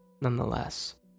nonetheless